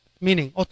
Meaning